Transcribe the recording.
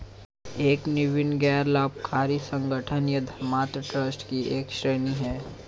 एक नींव गैर लाभकारी संगठन या धर्मार्थ ट्रस्ट की एक श्रेणी हैं